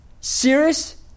Serious